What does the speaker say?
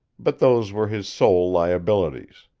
but those were his sole liabilities.